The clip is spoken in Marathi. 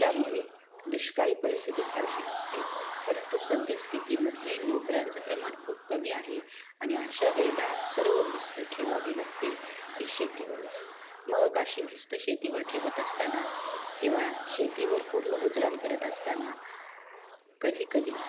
त्यामुळे दुष्काळी परिस्थिती फारशी नसते परंतु सद्यस्थितीमध्ये नोकऱ्यांचं प्रमाण खूप कमी आहे आणि अशा वेळेला सर्व भिस्त ठेवावी लागते ती शेतीवरच मग अशी भिस्त शेतीवर ठेवत असताना किंवा शेतीवर पूर्ण गुजरण करत असताना कधीकधी